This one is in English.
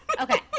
okay